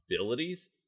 abilities